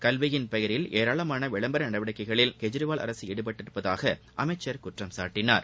கல்வியின் பெயரில் ஏராளமான விளம்பர நடவடிக்கைகளில் கெஜ்ரிவால் அரசு ஈடுபட்டுள்ளதாக அமைச்சா் குற்றம் சாட்டினார்